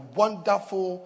wonderful